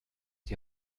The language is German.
die